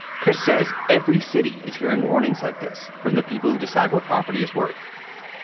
chris says every city is hearing warnings like this from the people who decide what property is worth.